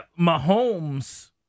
Mahomes